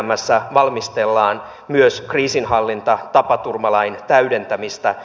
stmssä valmistellaan myös kriisinhallintatapaturmalain täydentämistä